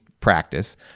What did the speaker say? practice